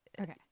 Okay